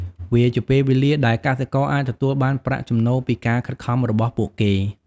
វាជាពេលវេលាដែលកសិករអាចទទួលបានប្រាក់ចំណូលពីការខិតខំរបស់ពួកគេ។